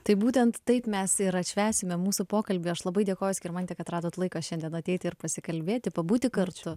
taip būtent taip mes ir atšvęsime mūsų pokalbį aš labai dėkojo skirmantei kad radote laiką šiandien ateiti ir pasikalbėti pabūti kartu